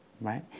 right